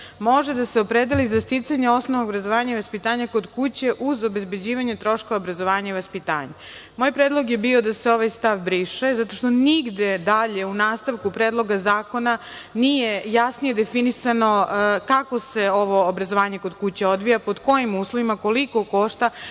može da se opredeli za sticanje osnova obrazovanja i vaspitanja kod kuće uz obezbeđivanje troškova obrazovanja i vaspitanja. Moj predlog je bio da se ovaj stav briše, zato što nigde dalje u nastavku Predloga zakona nije jasnije definisano kako se ovo obrazovanje kod kuće odvija, pod kojim uslovima, koliko košta